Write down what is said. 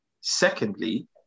Secondly